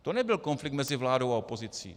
To nebyl konflikt mezi vládou a opozicí.